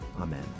Amen